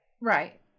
Right